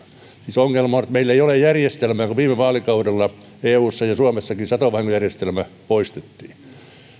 se ongelma on että meillä ei ole järjestelmää kun viime kaudella eussa ja suomessakin satovahinkojärjestelmä poistettiin